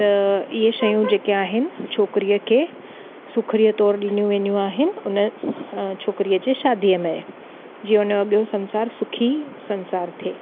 त इहे शयूं जेके आहिनि छोकिरीअ खे सुखरीअ तौरु ॾिनियूं वेंदियूं आहिनि उन छोकिरीअ जे शादीअ में जीअं उन जो अॻियो संसार सुखी संसार थिए